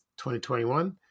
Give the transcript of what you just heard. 2021